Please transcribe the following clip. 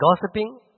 gossiping